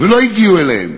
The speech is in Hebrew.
ולא הגיעו אליהם.